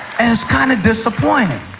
and it's kind of disappointing.